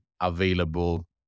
available